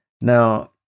now